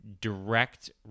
direct